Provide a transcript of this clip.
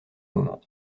moment